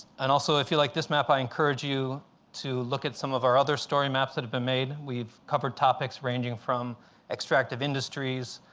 and also, if you like this map, i encourage you to look at some of our other story maps that have been made. we've covered topics ranging from extractive industries,